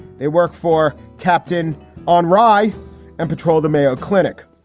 they work for captain on rye and patrol the mayo clinic.